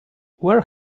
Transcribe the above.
where